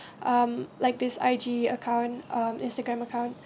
um like this I_G account um instagram account